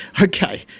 Okay